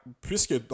puisque